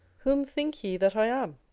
whom think ye that i am?